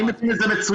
אני מבין את זה מצוין.